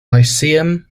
lyceum